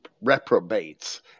reprobates